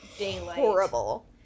horrible